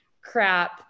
crap